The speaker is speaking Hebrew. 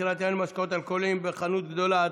מכירת יין ומשקאות אלכוהוליים בחנות גדולה).